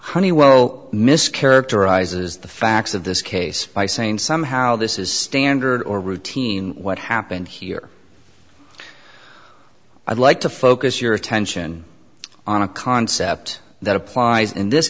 honeywell mischaracterizes the facts of this case by saying somehow this is standard or routine what happened here i'd like to focus your attention on a concept that applies in this